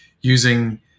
using